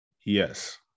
yes